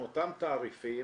עם אותם תעריפים.